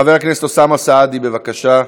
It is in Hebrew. חבר הכנסת אוסאמה סעדי, בבקשה.